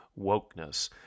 wokeness